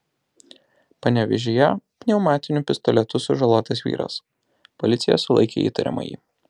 panevėžyje pneumatiniu pistoletu sužalotas vyras policija sulaikė įtariamąjį